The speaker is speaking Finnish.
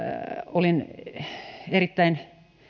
olin erittäin